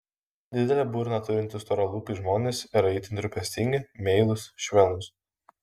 didelę burną turintys storalūpiai žmonės yra itin rūpestingi meilūs švelnūs